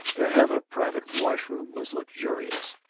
to have a private washroom was luxurious.